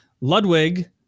Ludwig